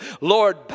Lord